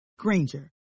Granger